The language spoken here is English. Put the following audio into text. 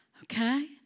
Okay